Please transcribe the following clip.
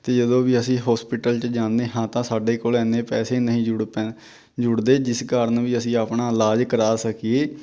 ਅਤੇ ਜਦੋਂ ਵੀ ਅਸੀਂ ਹੋਸਪੀਟਲ 'ਚ ਜਾਂਦੇ ਹਾਂ ਤਾਂ ਸਾਡੇ ਕੋਲ ਇੰਨੇ ਪੈਸੇ ਨਹੀਂ ਜੁੜ ਪੈਣ ਜੁੜਦੇ ਜਿਸ ਕਾਰਨ ਵੀ ਅਸੀਂ ਆਪਣਾ ਇਲਾਜ ਕਰਵਾ ਸਕੀਏ